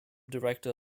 director